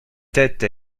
tête